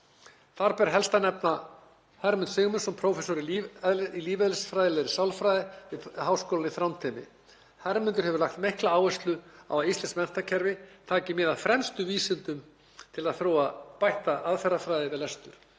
Þar ber helst að nefna Hermund Sigmundsson, prófessor í lífeðlisfræðilegri sálfræði við Háskólann í Þrándheimi. Hermundur hefur lagt mikla áherslu á að íslenskt menntakerfi taki mið af fremstu vísindum til að þróa bætta aðferðafræði við